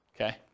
okay